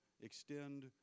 extend